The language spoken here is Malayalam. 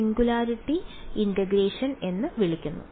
സിംഗുലാരിറ്റി എക്സ്ട്രാക്ഷൻ എന്ന് വിളിക്കുന്നു